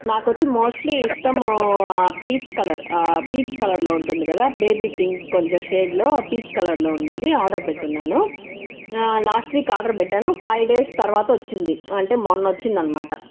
నాకొచ్చి mostly ఇష్టము bleach colour peach colour లో ఉంటుంది కదా బేబీ పింక్ కొంచెం షేడ్ లో పీచ్ కలర్ లో ఉండేది ఆర్డర్ పెట్టి ఉన్నాను లాస్ట్ వీక్ ఆర్డర్ పెట్టాను ఫైవ్ డేస్ తర్వాత వచ్చింది అంటే మొన్నొచిందన్నమాట